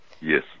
yes